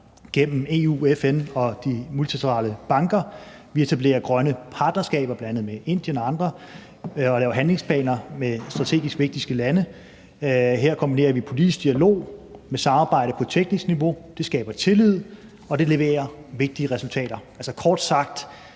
gennem EU, FN og de multilaterale banker. Vi etablerer grønne partnerskaber bl.a. med Indien og andre og laver handlingsplaner med strategisk vigtige lande. Her kombinerer vi politisk dialog med samarbejde på teknisk niveau – det skaber tillid, og det leverer vigtige resultater. Kort sagt: